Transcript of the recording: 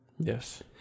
Yes